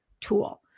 tool